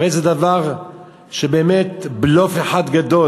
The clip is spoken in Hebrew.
הרי זה בלוף אחד גדול.